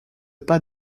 pas